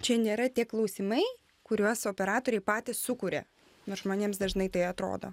čia nėra tie klausimai kuriuos operatoriai patys sukuria nors žmonėms dažnai tai atrodo